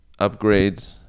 upgrades